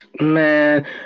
Man